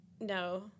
no